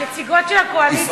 הנציגות של הקואליציה,